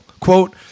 Quote